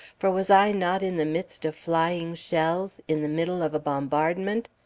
for was i not in the midst of flying shells, in the middle of a bombardment?